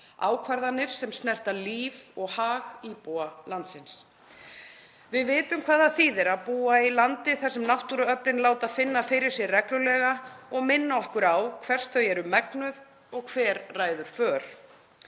ákvarðanir sem snerta líf og hag íbúa landsins. Við vitum hvað það þýðir að búa í landi þar sem náttúruöflin láta finna fyrir sér reglulega og minna okkur á hvers þau eru megnug og hver ræður för.